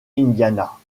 indiana